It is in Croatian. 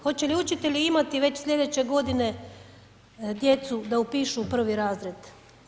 Hoće li učitelji imati već slijedeće godine djecu da upišu u prvi razred?